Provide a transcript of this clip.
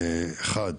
אחד,